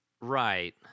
Right